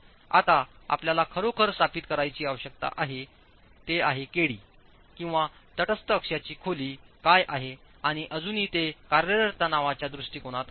आता आपल्याला खरोखर स्थापित करण्याची आवश्यकता आहेkd किंवा तटस्थ अक्षांची खोलीकाय आहेआणि अजूनही ते कार्यरत तणावाच्या दृष्टीकोनात आहे